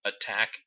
attack